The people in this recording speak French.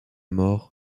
mort